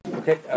Okay